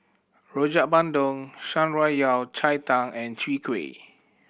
Rojak Bandung Shan Rui Yao Cai Tang and Chwee Kueh